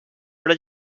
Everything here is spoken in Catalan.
però